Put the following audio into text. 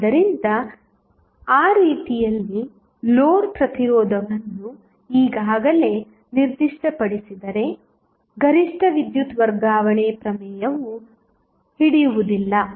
ಆದ್ದರಿಂದ ಆ ರೀತಿಯಲ್ಲಿ ಲೋಡ್ ಪ್ರತಿರೋಧವನ್ನು ಈಗಾಗಲೇ ನಿರ್ದಿಷ್ಟಪಡಿಸಿದರೆ ಗರಿಷ್ಠ ವಿದ್ಯುತ್ ವರ್ಗಾವಣೆ ಪ್ರಮೇಯವು ಹಿಡಿಯುವುದಿಲ್ಲ